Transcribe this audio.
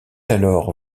alors